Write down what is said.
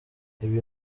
ibi